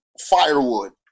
firewood